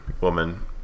woman